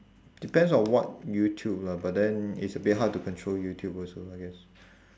depends on what youtube lah but then it's a bit hard to control youtube also I guess